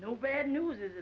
no bad news is